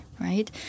right